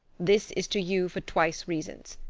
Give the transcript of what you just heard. this is to you for twice reasons.